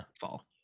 fall